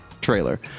trailer